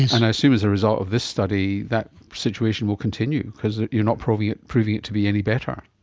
and i assume as a result of this study that situation will continue because you are not proving it proving it to be any better.